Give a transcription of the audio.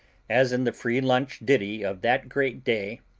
as in the free-lunch ditty of that great day